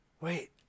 Wait